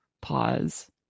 Pause